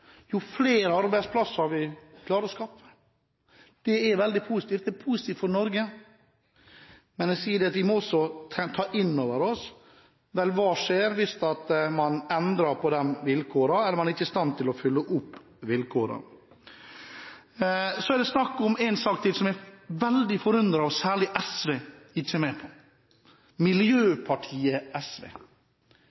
Jo mer man bearbeider, jo flere arbeidsplasser klarer vi å skaffe. Det er veldig positivt for Norge. Men jeg sier at vi må også ta inn over oss hva som vil skje hvis man endrer på vilkårene, eller at man ikke er i stand til å følge opp vilkårene. Så er det snakk om en sak til som jeg er veldig forundret over at særlig SV ikke er med på